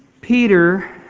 Peter